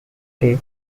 day